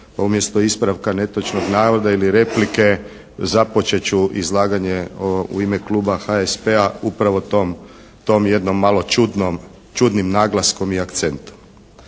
Umjesto ispravka netočnog navoda ili replike započet ću izlaganje o, u ime kluba HSP-a upravo tom jednom malo čudnim naglaskom i akcentom.